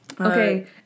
Okay